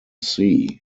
sea